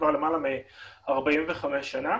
כבר למעלה מ-45 שנה.